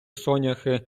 соняхи